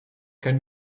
can